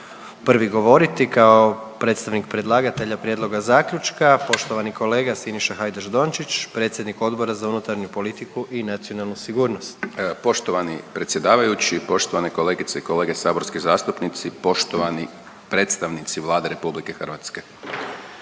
prvi govoriti kao predstavnik predlagatelja Prijedloga Zaključka, poštovani kolega Siniša Hajdaš Dončić, predsjednik Odbora za unutarnju politiku i nacionalnu sigurnost. **Hajdaš Dončić, Siniša (SDP)** Poštovani predsjedavajući i poštovane kolegice i kolege saborski zastupnici, poštovani predstavnici Vlade RH.